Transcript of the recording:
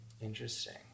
Interesting